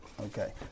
Okay